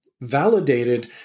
validated